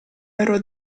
ero